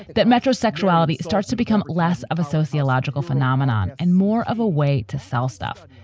that metro sexuality starts to become less of a sociological phenomenon and more of a way to sell stuff.